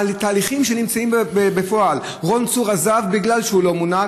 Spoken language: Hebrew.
התהליכים שנמצאים בפועל רון צור עזב בגלל שהוא לא מונה,